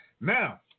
Now